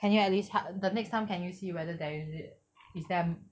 and you at least ha~ the next time can you see whether there is it is there